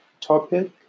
topic